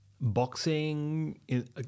Boxing